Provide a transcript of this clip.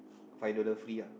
five dollar free ah